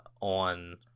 on